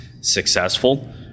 successful